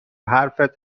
حرفت